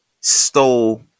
stole